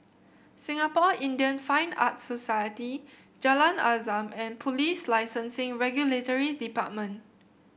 Singapore Indian Fine Arts Society Jalan Azam and Police Licensing and Regulatory Department